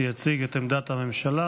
שיציג את עמדת הממשלה,